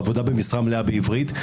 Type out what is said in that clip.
עבודה במשרה מלאה בעברית,